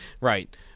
Right